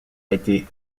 été